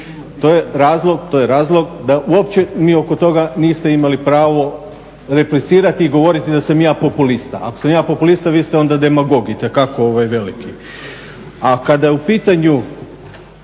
to je razlog da uopće ni oko toga niste imali pravo replicirati i govoriti da sam ja populista. Ako sam ja populista vi ste onda demagog, itekako veliki. A kada je u pitanju